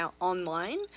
online